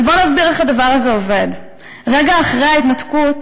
אז בואו נסביר איך הדבר הזה עובד: רגע אחרי ההתנתקות